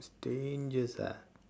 strangest ah